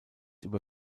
über